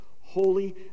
holy